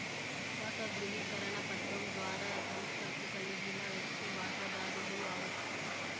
వాటా దృవీకరణ పత్రం ద్వారా సంస్తకు కలిగిన వ్యక్తి వాటదారుడు అవచ్చు